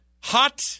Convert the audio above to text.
Hot